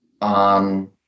on